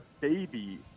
baby